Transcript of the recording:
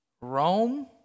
Rome